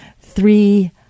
Three